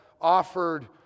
offered